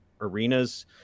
arenas